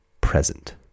present